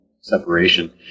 separation